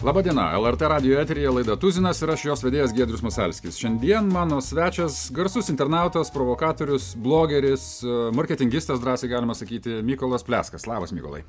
laba diena lrt radijo eteryje laida tuzinas ir aš jos vedėjas giedrius masalskis šiandien mano svečias garsus internautas provokatorius blogeris marketingistas drąsiai galima sakyti mykolas pleskas labas mykolai